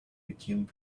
became